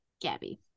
gabby